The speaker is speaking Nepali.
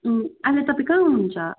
अँ अहिले तपाईँ कहाँ हुनुहुन्छ